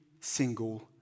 single